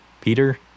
Peter